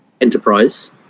enterprise